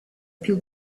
più